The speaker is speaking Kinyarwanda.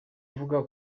ivuga